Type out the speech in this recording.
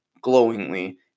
Glowingly